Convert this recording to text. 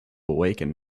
awaken